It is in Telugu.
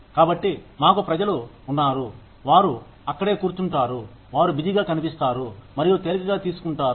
కాబట్టి మాకు ప్రజలు ఉన్నారు వారు అక్కడే కూర్చుంటారు వారు బిజీగా కనిపిస్తారు మరియు తేలికగా తీసుకుంటారు